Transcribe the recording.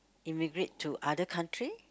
immigrate to other country